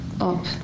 up